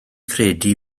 credu